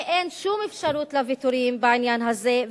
ואין שום אפשרות לוויתורים בעניין הזה,